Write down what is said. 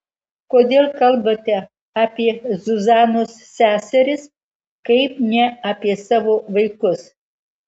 kodėl kalbate apie zuzanos seseris kaip ne apie savo vaikus